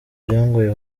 byangoye